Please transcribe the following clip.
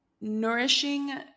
nourishing